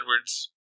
Edwards